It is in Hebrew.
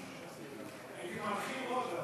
הייתי מרחיב עוד,